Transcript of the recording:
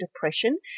depression